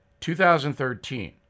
2013